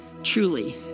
Truly